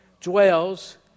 dwells